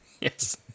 Yes